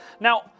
Now